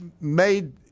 made